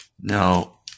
Now